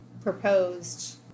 proposed